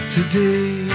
Today